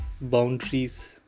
boundaries